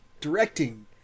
directing